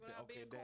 Okay